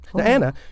Anna